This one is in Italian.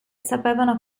sapevano